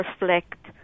reflect –